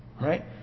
Right